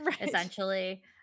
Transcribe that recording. essentially